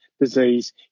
disease